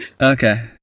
okay